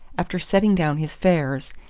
after setting down his fares,